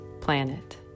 planet